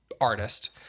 artist